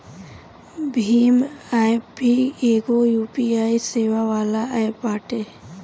Bhim app भी एगो UPI सेवा वाला एप्प बाटे